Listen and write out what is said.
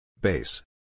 base